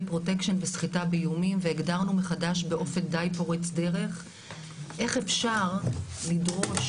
פרוטקשן וסחיטה באיומים והגדרנו מחדש באופן די פורץ דרך איך אפשר לדרוש